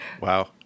wow